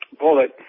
bullet